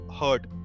heard